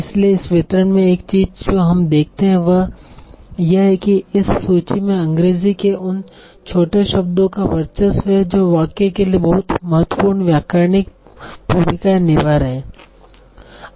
इसलिए इस वितरण में एक चीज जो हम देखते हैं वह यह है कि इस सूची में अंग्रेजी के उन छोटे शब्दों का वर्चस्व है जो वाक्य के लिए बहुत महत्वपूर्ण व्याकरणिक भूमिकाएं निभा रहे हैं